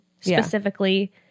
specifically